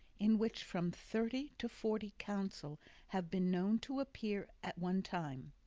in which from thirty to forty counsel have been known to appear at one time,